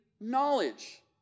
knowledge